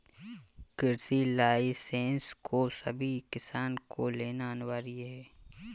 कृषि लाइसेंस को सभी किसान को लेना अनिवार्य है